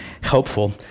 helpful